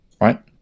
Right